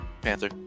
panther